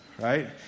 right